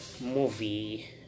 movie